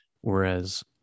whereas